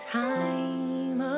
time